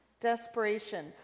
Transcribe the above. Desperation